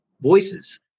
voices